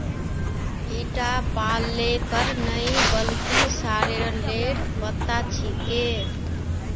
ईटा पलकेर नइ बल्कि सॉरेलेर पत्ता छिके